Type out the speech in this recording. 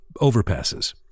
overpasses